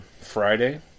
Friday